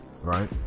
Right